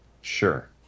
sure